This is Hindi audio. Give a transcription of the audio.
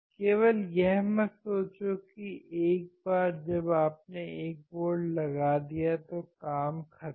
केवल यह मत सोचो कि एक बार जब आपने 1 वोल्ट लगा दिया तो काम खत्म